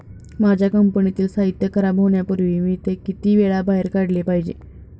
माझ्या कंपनीतील साहित्य खराब होण्यापूर्वी मी ते किती वेळा बाहेर काढले पाहिजे?